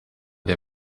der